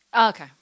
Okay